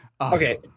okay